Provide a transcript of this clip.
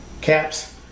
caps